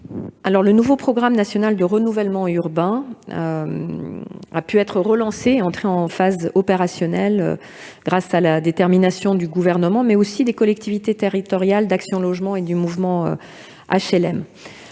Gay, le nouveau programme national de renouvellement urbain (NPNRU), a pu être relancé et entrer en phase opérationnelle, grâce à la détermination du Gouvernement, ainsi qu'à celle des collectivités territoriales, d'Action Logement et du mouvement HLM.